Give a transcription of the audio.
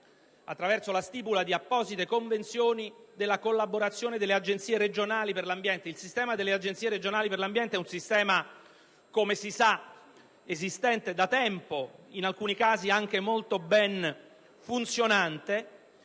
attraverso la stipula di apposite convenzioni, della collaborazione delle Agenzie regionali per l'ambiente. Queste ultime sono un sistema, come si sa, esistente da tempo, in alcuni casi anche molto ben funzionante;